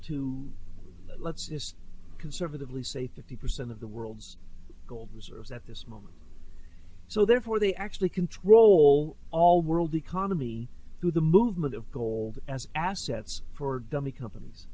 to let's just conservatively say fifty percent of the world's gold reserves at this moment so therefore they actually control all world economy through the movement of gold as assets for down the companies